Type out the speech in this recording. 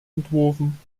entworfen